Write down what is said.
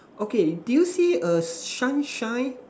okay do you see a sunshine